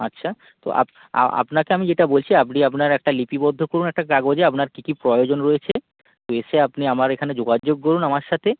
আচ্ছা তো আপ আ আপনাকে আমি যেটা বলছি আপনি আপনার একটা লিপিবদ্ধ করুন একটা কাগজে আপনার কী কী প্রয়োজন রয়েছে এসে আপনি আমার এখানে যোগাযোগ করুন আমার সাথে